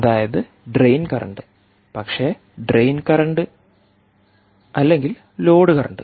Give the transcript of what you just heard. അതായത് drain current പക്ഷേ drain current അല്ലെങ്കിൽ ലോഡ് കറന്റ്